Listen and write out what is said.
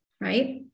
Right